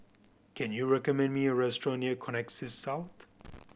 can you recommend me a restaurant near Connexis South